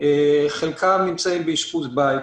חלקם נמצאים באשפוז בית,